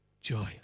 joy